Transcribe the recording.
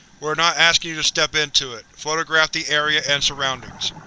we are not asking you to step into it. photograph the area and surroundings.